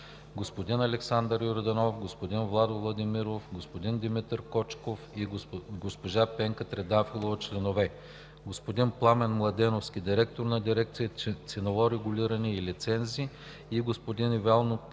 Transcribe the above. господин Александър Йорданов, господин Владко Владимиров, господин Димитър Кочков и госпожа Пенка Трендафилова – членове; господин Пламен Младеновски – директор на дирекция „Ценово регулиране и лицензи“, и господин Ивайло Касчиев